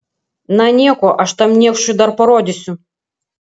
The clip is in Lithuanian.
na nieko aš tam niekšui dar parodysiu